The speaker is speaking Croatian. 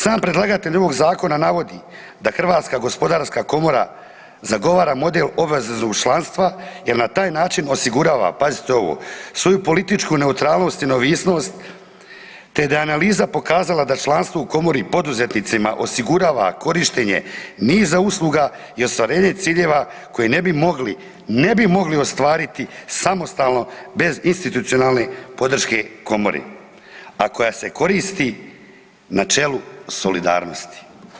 Sam predlagatelj ovoga Zakona navodi da Hrvatska gospodarska komora zagovara model obveznog članstva, jer na taj način osigurava, pazite ovo, svoju političku neutralnost i neovisnost te da je analiza pokazala da članstvo u komori poduzetnicima osigurava korištenje niza usluga i ostvarenje ciljeva koje ne bi mogli ne bi mogli ostvariti samostalno bez institucionalne podrške komore, a koja se koristi načelu solidarnosti.